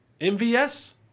MVS